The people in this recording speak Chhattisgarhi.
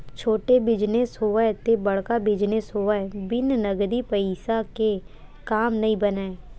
छोटे बिजनेस होवय ते बड़का बिजनेस होवय बिन नगदी पइसा के काम नइ बनय